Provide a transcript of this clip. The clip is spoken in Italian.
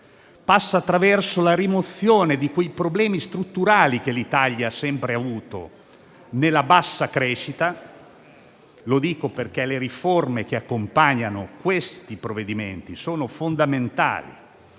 e attraverso la rimozione di quei problemi strutturali che l'Italia ha sempre avuto, nella bassa crescita. Lo dico perché le riforme che accompagnano questi provvedimenti sono fondamentali